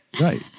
Right